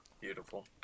beautiful